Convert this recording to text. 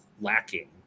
lacking